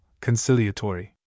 conciliatory